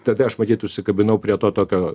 tatai aš matyt užsikabinau prie to tokio